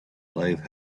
life